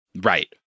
Right